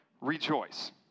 rejoice